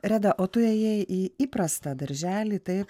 reda o tu ėjai į įprastą darželį taip